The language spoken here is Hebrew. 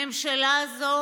הממשלה הזאת